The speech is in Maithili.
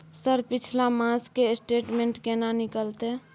सर पिछला मास के स्टेटमेंट केना निकलते?